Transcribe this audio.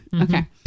Okay